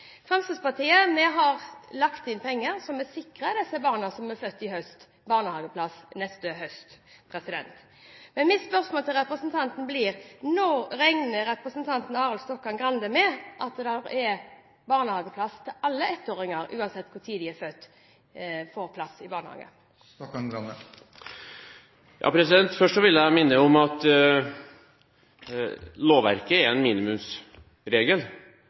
Fremskrittspartiet har lagt inn penger så vi sikrer disse barna som er født i høst, barnehageplass neste høst. Men mitt spørsmål til representanten blir: Når regner representanten Arild Stokkan-Grande med at det er barnehageplass til alle ettåringer, uansett når de er født? Først vil jeg minne om at lovverket er en minimumsregel,